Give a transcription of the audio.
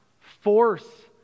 force